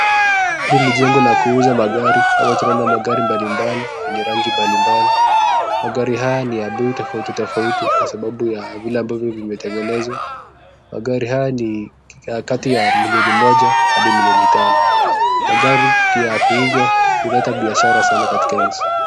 Hii ni jengo la kuuzwa magari. Hapa tunaona magari mbali mbali, yenye rangi mbali mbali. Magari haya ni ya bei tofauti tofauti kwa sababu ya vile ambavyo vimetengenezwa. Magari haya ni ya kati milioni moja hadi milioni tano . Magari ya kuuzwa ulete biashara sana katika nchi .